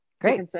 Great